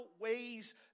ways